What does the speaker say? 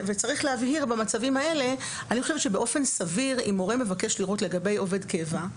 אני חושבת שבאופן סביר אם הורה מבקש לראות לגבי עובד קבע,